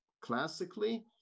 classically